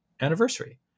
anniversary